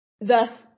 Thus